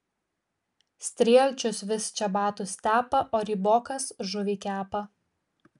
strielčius vis čebatus tepa o rybokas žuvį kepa